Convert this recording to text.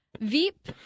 Veep